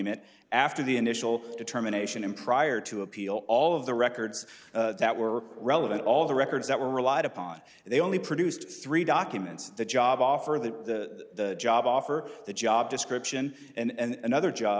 it after the initial determination in prior to appeal all of the records that were relevant all the records that were relied upon they only produced three documents the job offer that the job offer the job description and another job